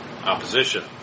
opposition